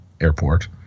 Airport